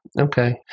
Okay